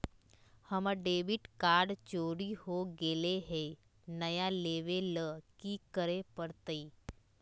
हमर debit card चोरी हो गेले हई, नया लेवे ल की करे पड़तई?